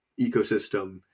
ecosystem